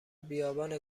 بیابان